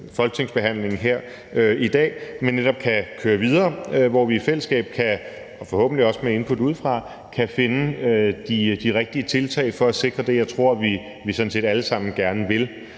folketingsbehandlingen her i dag, men netop er en debat, der kan køre videre, hvor vi i fællesskab – forhåbentlig også med input udefra – kan finde de rigtige tiltag for at sikre det, jeg tror vi sådan set alle sammen gerne vil.